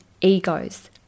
egos